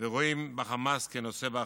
ורואים את חמאס כנושא באחריות.